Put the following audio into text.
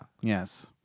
Yes